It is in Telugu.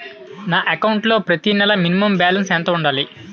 నా అకౌంట్ లో ప్రతి నెల మినిమం బాలన్స్ ఎంత ఉండాలి?